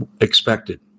expected